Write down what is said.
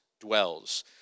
dwells